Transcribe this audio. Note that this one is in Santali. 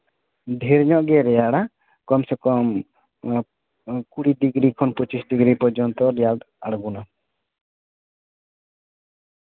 ᱰᱷᱮᱨ ᱧᱚᱜ ᱜᱮ ᱨᱮᱭᱟᱲᱟ ᱠᱚᱢ ᱥᱮ ᱠᱚᱢ ᱠᱩᱲᱤ ᱰᱤᱜᱽᱨᱤ ᱠᱷᱚᱱ ᱯᱚᱸᱪᱤᱥ ᱰᱤᱜᱽᱨᱤ ᱯᱚᱨᱡᱚᱱᱛᱚ ᱟᱬᱜᱚᱱᱟ